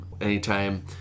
Anytime